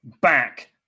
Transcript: back